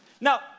Now